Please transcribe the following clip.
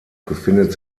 befindet